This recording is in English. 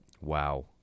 Wow